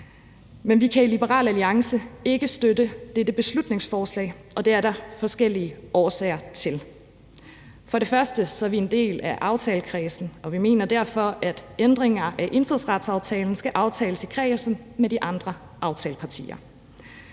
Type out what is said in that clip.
Men vi kan i Liberal Alliance ikke støtte dette beslutningsforslag, og det er der forskellige årsager til. For det første er vi en del af aftalekredsen, og vi mener derfor, at ændringer af indfødsretsaftalen skal aftales i kredsen med de andre aftalepartier.